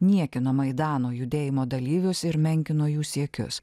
niekino maidano judėjimo dalyvius ir menkino jų siekius